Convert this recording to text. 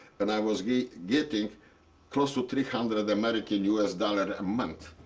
and i was getting getting close to three hundred and american us dollars a month.